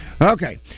Okay